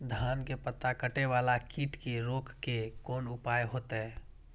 धान के पत्ता कटे वाला कीट के रोक के कोन उपाय होते?